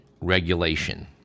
regulation